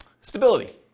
stability